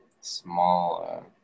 small